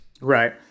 Right